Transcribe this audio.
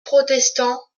protestant